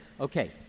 okay